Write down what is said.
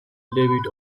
debut